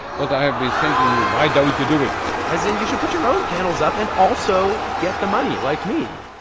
but i have been thinking, why don't you do it? as in, you should put your own panels up and also get the money, like me.